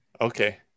Okay